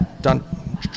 done